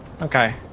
Okay